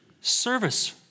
service